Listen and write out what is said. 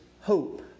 hope